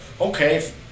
okay